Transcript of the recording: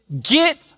get